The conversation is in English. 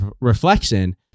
Reflection